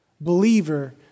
believer